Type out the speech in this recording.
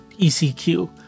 ECQ